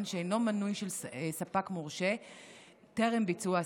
שאינו מנוי של ספק מורשה טרם ביצוע השיחה.